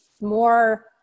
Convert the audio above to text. more